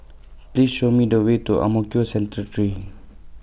Please Show Me The Way to Ang Mo Kio Central three